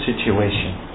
situation